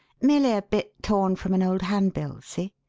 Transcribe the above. merely a bit torn from an old handbill see?